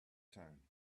town